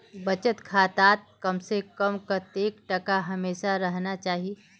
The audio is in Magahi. बचत खातात कम से कम कतेक टका हमेशा रहना चही?